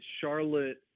Charlotte